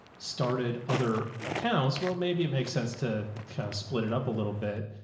started other accounts. well, maybe it makes sense to kind of split it up a little bit,